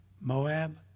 Moab